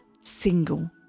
Single